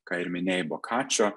ką ir minėjai bokačio